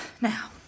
Now